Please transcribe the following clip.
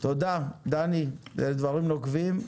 תודה דני, אלה דברים נוקבים.